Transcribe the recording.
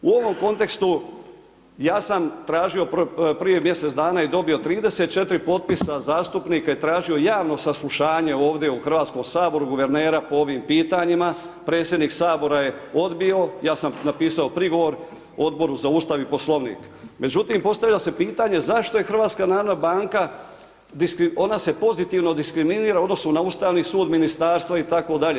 U ovom kontekstu ja sam tražio prije mjesec dana i dobio 34 potpisa zastupnika i tražio javno saslušanje ovdje u HS-u guvernera po ovim pitanjima, predsjednik Sabora je odbio, ja sam napisao prigovor Odboru za Ustav i poslovnik, međutim postavilo se pitanje zašto je HNB, ona se pozitivno diskriminira u odnosu na Ustavni sud, ministarstva itd.